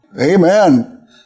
Amen